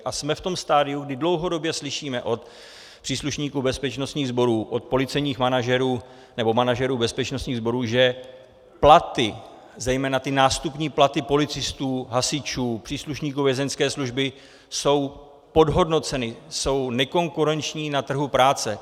A jsme v tom stadiu, kdy dlouhodobě slyšíme od příslušníků bezpečnostních sborů, od policejních manažerů, nebo manažerů bezpečnostních sborů, že platy, zejména nástupní platy policistů, hasičů, příslušníků Vězeňské služby, jsou podhodnoceny, jsou nekonkurenční na trhu práce.